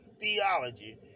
theology